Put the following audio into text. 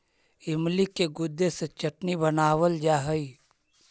इमली के गुदे से चटनी बनावाल जा हई